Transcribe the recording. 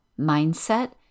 mindset